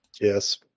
Yes